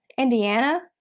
indiana,